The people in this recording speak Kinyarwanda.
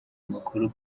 amakuru